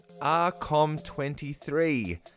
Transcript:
RCOM23